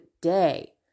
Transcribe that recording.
day